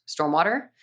stormwater